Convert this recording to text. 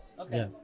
Okay